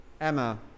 Emma